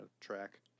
track